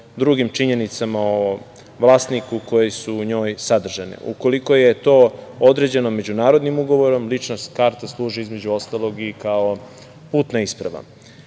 drugim činjenicama o vlasniku, koji su u njoj sadržane. Ukoliko je to određeno međunarodnim ugovorom, lična karta služi između ostalog i kao putna isprava. Prilika